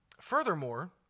Furthermore